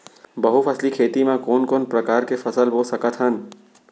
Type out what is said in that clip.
बहुफसली खेती मा कोन कोन प्रकार के फसल बो सकत हन?